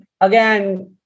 again